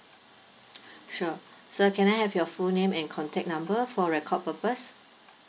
sure sir can I have your full name and contact number for record purpose